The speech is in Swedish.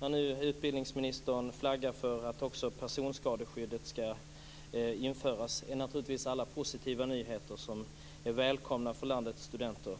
att utbildningsministern flaggar för att också personskadeskyddet ska införas är naturligtvis positiva nyheter som är välkomna för landets studenter.